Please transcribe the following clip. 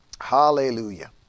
Hallelujah